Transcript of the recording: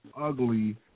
ugly